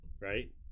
right